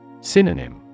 Synonym